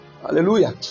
Hallelujah